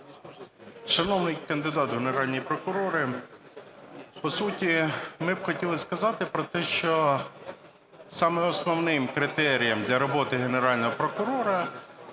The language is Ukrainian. Шановний кандидат в Генеральні прокурори, по суті ми б хотіли сказати про те, що саме основним критерієм для роботи Генерального прокурора